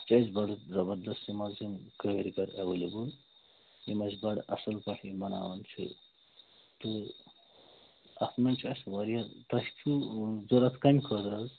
یہِ چھِ اَسہِ بَڑٕ زبردس یِم حظ یِم کٲرۍگر اٮ۪ویلیبل یِم اَسہِ بَڑٕ اَصٕل پٲٹھۍ یِم بناوان چھِ تہٕ اَتھ مَنٛز چھِ واریاہ تۄہہِ چھُو ضوٚرتھ کَمہِ خٲطرٕ حظ